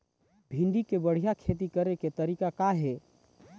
भिंडी के बढ़िया खेती करे के तरीका का हे?